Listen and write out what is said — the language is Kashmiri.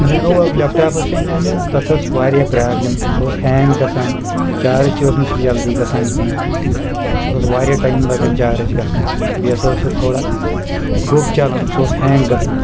لنووا اکھ لیپٹاپ ٲسۍ اَناو مےٚ تَتھ ٲس واریاہ پرابلِم سُہ اوس ہینٛگ گژھان چارٕج تہِ اوس نہٕ سُہ جلدی گژھان کینٛہہ سۄ اوس واریاہ ٹایِم لگان چارٕج گژھنس بیٚیہِ ہسا اوس سُہ تھوڑا گوٚپ چلان سُہ اوس ہینٛگ گژھان